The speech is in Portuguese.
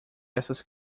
essas